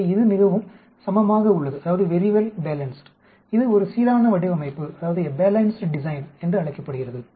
எனவே இது மிகவும் சமமாக உள்ளது இது ஒரு சீரான வடிவமைப்பு என்று அழைக்கப்படுகிறது